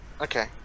Okay